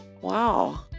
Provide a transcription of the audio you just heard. Wow